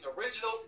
Original